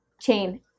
Chain